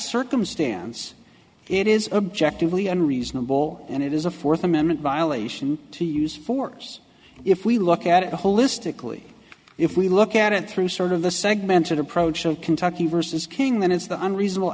circumstance it is objectively unreasonable and it is a fourth amendment violation to use force if we look at it holistically if we look at it through sort of the segmented approach of kentucky versus king then it's the unreasonable